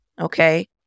okay